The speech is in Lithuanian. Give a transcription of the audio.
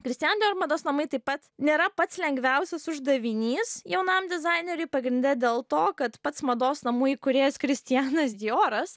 kristian dijor mados namai taip pat nėra pats lengviausias uždavinys jaunam dizaineriui pagrinde dėl to kad pats mados namų įkūrėjas kristianas dijoras